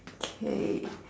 K